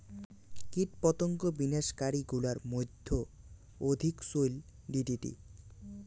কীটপতঙ্গ বিনাশ কারী গুলার মইধ্যে অধিক চৈল ডি.ডি.টি